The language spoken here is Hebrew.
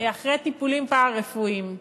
אחרי טיפולים פארה-רפואיים.